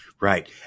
Right